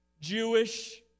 Jewish